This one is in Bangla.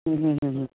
হুম হুম হুম হুম